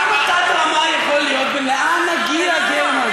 עד כמה תת-רמה יכול להיות ולאן נגיע, גרמן?